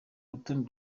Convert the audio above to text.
urutonde